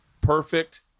perfect